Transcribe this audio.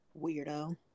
Weirdo